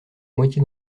moitié